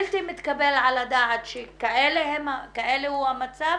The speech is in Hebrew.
בלתי מתקבל על הדעת שכזה הוא המצב